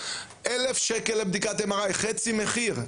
1,000 שקלים לבדיקת MRI חצי מחיר.